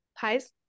Pies